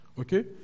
okay